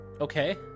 Okay